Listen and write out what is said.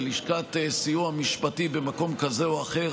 ללשכת סיוע משפטי במקום כזה או אחר,